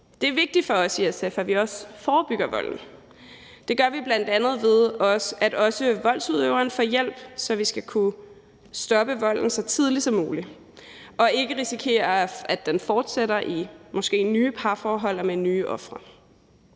Det er vigtigt for os i SF, at vi også forebygger volden. Det gør vi bl.a. ved, at også voldsudøveren får hjælp. Så vi skal kunne stoppe volden så tidligt som muligt og ikke risikere, at den måske fortsætter i nye parforhold og med nye ofre.